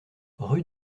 rue